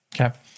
Okay